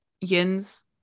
Yin's